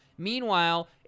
Meanwhile